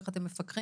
איך אתם מפקחים?